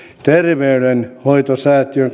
terveydenhoitosäätiön